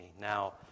now